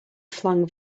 flung